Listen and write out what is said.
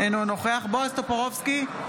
אינו נוכח בועז טופורובסקי,